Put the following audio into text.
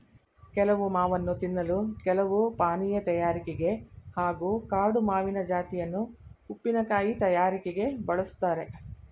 ಕೆಲವು ಮಾವನ್ನು ತಿನ್ನಲು ಕೆಲವು ಪಾನೀಯ ತಯಾರಿಕೆಗೆ ಹಾಗೂ ಕಾಡು ಮಾವಿನ ಜಾತಿಯನ್ನು ಉಪ್ಪಿನಕಾಯಿ ತಯಾರಿಕೆಗೆ ಬಳುಸ್ತಾರೆ